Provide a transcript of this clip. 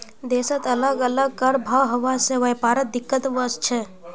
देशत अलग अलग कर भाव हवा से व्यापारत दिक्कत वस्छे